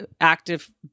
active